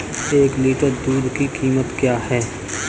एक लीटर दूध की कीमत क्या है?